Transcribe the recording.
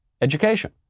education